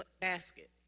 basket